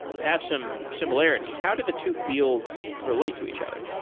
have some similarities. how did the two fields relate to each other?